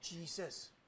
Jesus